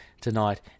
tonight